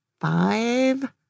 five